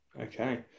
okay